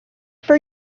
for